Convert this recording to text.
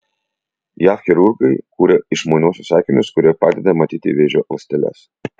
jav chirurgai kuria išmaniuosius akinius kurie padeda matyti vėžio ląsteles